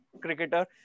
cricketer